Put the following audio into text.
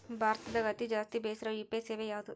ಭಾರತದಗ ಅತಿ ಜಾಸ್ತಿ ಬೆಸಿರೊ ಯು.ಪಿ.ಐ ಸೇವೆ ಯಾವ್ದು?